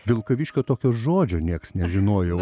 vilkaviškio tokio žodžio nieks nežinojo